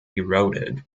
eroded